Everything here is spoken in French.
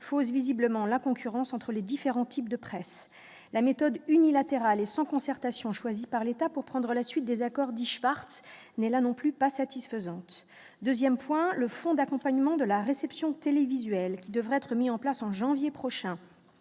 fausse visiblement la concurrence entre les différents types de presse la méthode unilatérale et sans concertation, choisie par l'État pour prendre la suite des accords dits Schwartz mais là non plus pas satisfaisante 2ème point le fonds d'accompagnement de la réception télévisuelle qui devrait être mis en place en janvier prochain,